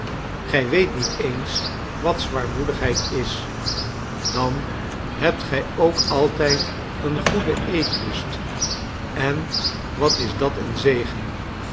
gij weet niet eens wat zwaarmoedigheid is dan hebt gij ook altijd een goeden eetlust en wat is dat een zegen